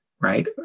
right